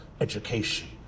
education